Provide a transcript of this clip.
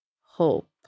hope